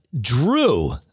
Drew